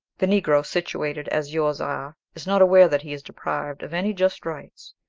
the negro, situated as yours are, is not aware that he is deprived of any just rights.